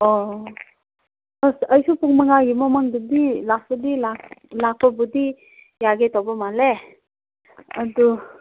ꯑꯣ ꯑꯁ ꯑꯩꯁꯨ ꯄꯨꯡ ꯃꯉꯥꯒꯤ ꯃꯃꯥꯡꯗꯗꯤ ꯂꯥꯛꯄꯕꯨꯗꯤ ꯌꯥꯒꯦꯇꯧꯕ ꯃꯥꯜꯂꯦ ꯑꯗꯨ